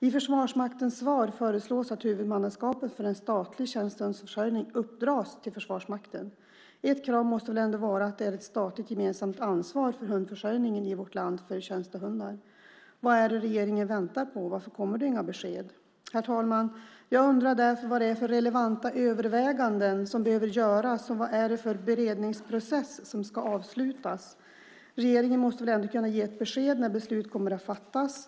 I Försvarsmaktens svar föreslås att huvudmannaskapet för en statlig tjänstehundsförsörjning uppdras till Försvarsmakten. Ett krav måste ändå vara att det är ett statligt gemensamt ansvar för hundförsörjningen i vårt land för tjänstehundar. Vad är det regeringen väntar på? Varför kommer det inga besked? Herr talman! Jag undrar därför vad det är för relevanta överväganden som behöver göras. Vad är det för beredningsprocess som ska avslutas? Regeringen måste ändå kunna ge ett besked när beslut kommer att fattas.